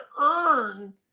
earn